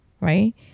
right